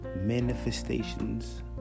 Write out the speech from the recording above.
manifestations